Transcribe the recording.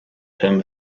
term